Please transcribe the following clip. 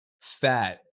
fat